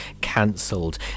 cancelled